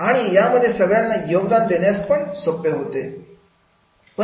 आणि यामध्ये सगळ्यांना योगदान देण्यास सोपे होते